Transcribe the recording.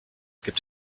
gibt